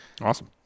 Awesome